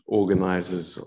organizers